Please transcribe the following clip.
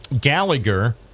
gallagher